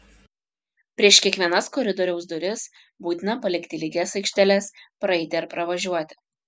prieš kiekvienas koridoriaus duris būtina palikti lygias aikšteles praeiti ar pravažiuoti